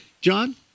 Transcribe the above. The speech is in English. John